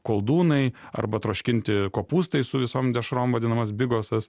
koldūnai arba troškinti kopūstai su visom dešrom vadinamas bigosas